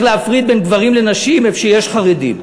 להפריד בין גברים לנשים במקום שיש חרדים.